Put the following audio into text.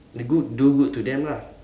the good do good to them lah